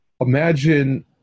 Imagine